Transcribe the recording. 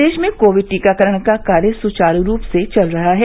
प्रदेश में कोविड टीकाकरण का कार्य सुचारू ढंग से चल रहा है